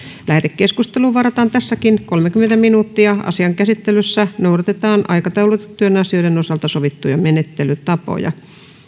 lähetekeskusteluun varataan tässäkin enintään kolmekymmentä minuuttia asian käsittelyssä noudatetaan aikataulutettujen asioiden osalta sovittuja menettelytapoja